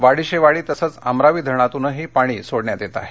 वाडीशेवाडी तसंच अमरावी धरणातून पाणी सोडण्यात येत आहे